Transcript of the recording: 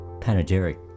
panegyric